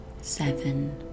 Seven